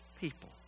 people